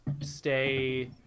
stay